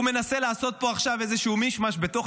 הוא מנסה לעשות פה עכשיו איזשהו מישמש בתוך